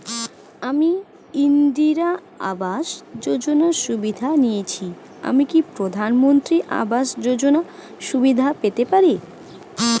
আমি ইন্দিরা আবাস যোজনার সুবিধা নেয়েছি আমি কি প্রধানমন্ত্রী আবাস যোজনা সুবিধা পেতে পারি?